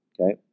Okay